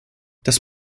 das